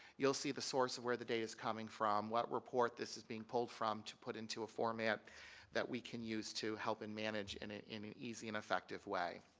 you'll see the source of where the data is coming from, what report this is being pulled from to put into a format that we can use to help manage and ah in an easey and effective way.